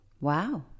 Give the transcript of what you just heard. wow